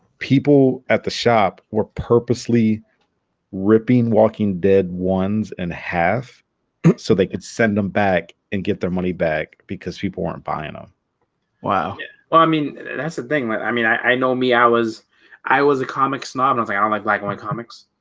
people at the shop were purposely ripping walking dead ones and half so they could send them back and get their money back because people weren't buying them ah wow well i mean that's the thing i mean i i know me i was i was a comics nominally i i don't like like my comics